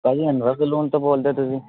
ਭਾਅ ਜੀ ਸਲੂਨ ਤੋਂ ਬੋਲਦੇ ਤੁਸੀਂ